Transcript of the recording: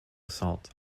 assault